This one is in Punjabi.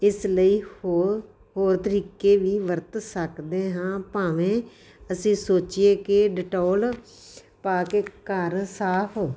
ਇਸ ਲਈ ਹੋਰ ਹੋਰ ਤਰੀਕੇ ਵੀ ਵਰਤ ਸਕਦੇ ਹਾਂ ਭਾਵੇਂ ਅਸੀਂ ਸੋਚੀਏ ਕਿ ਡਟੋੋਲ ਪਾ ਕੇ ਘਰ ਸਾਫ਼ ਹੋ